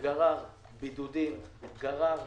שגרר בידודים, גרר